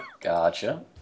Gotcha